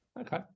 Okay